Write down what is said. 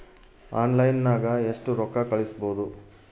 ಆನ್ಲೈನ್ನಾಗ ಎಷ್ಟು ರೊಕ್ಕ ಕಳಿಸ್ಬೋದು